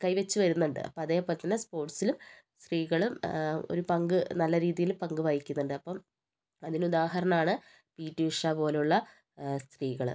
കൈ വെച്ച് വരുന്നുണ്ട് അതേപോലെത്തന്നെ സ്പോർട്സിലും സ്ത്രീകളും ഒരു പങ്ക് നല്ല രീതിയിൽ പങ്കുവഹിക്കുന്നുണ്ട് അപ്പം അതിനുദാഹരണമാണ് പി ടി ഉഷ പോലുള്ള സ്ത്രീകള്